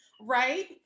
Right